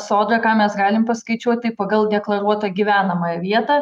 sodra ką mes galim paskaičiuot tai pagal deklaruotą gyvenamąją vietą